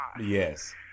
Yes